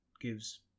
gives